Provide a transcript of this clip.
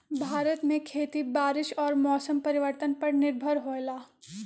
भारत में खेती बारिश और मौसम परिवर्तन पर निर्भर होयला